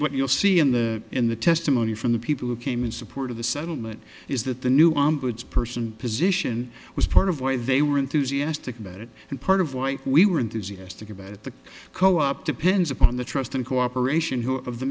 what you'll see in the in the testimony from the people who came in support of the settlement is that the new ombudsman person position was part of why they were enthusiastic about it and part of why we were enthusiastic about it the co op depends upon the trust and cooperation who of the